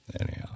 Anyhow